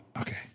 Okay